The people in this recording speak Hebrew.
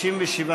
1 לא נתקבלה.